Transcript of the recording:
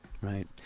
Right